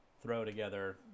throw-together